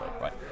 Right